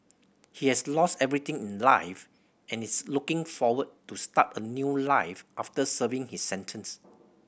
he has lost everything in life and is looking forward to start a new life after serving his sentence